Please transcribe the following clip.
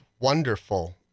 wonderful